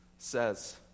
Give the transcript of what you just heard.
says